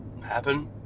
happen